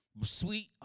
Sweet